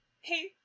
Hey